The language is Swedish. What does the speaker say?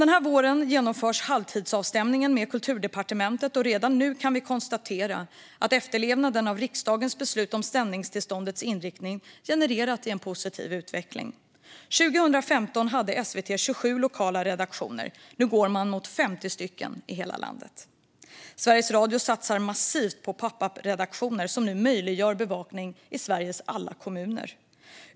Denna vår genomförs halvtidsavstämningen med Kulturdepartementet, och redan nu kan vi konstatera att efterlevnaden av riksdagens beslut om sändningstillståndets inriktning genererat en positiv utveckling. År 2015 hade SVT 27 lokala redaktioner. Nu går man mot 50 stycken i hela landet. Sveriges Radio satsar massivt på popup-redaktioner som nu möjliggör bevakning i Sveriges alla kommuner.